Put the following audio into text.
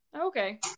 Okay